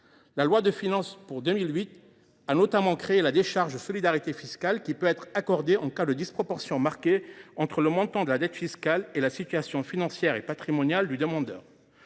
La loi de finances pour 2008 a notamment créé la décharge de solidarité fiscale, qui peut être accordée en cas de disproportion marquée entre le montant de la dette fiscale et la situation financière et patrimoniale du demandeur.